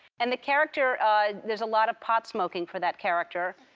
and the character there's a lot of pot smoking for that character,